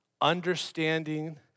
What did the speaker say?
understanding